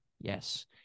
Yes